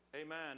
Amen